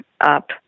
up